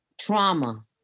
trauma